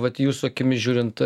vat jūsų akimis žiūrint